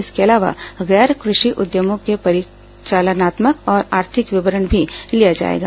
इसके अलावा गैर कृषि उद्यमों का परिचालानात्मक और आर्थिक विवरण भी लिया जाएगा